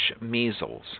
measles